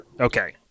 Okay